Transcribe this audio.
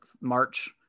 March